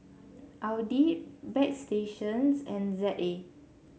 Audi Bagstationz and Z A